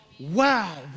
Wow